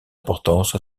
importance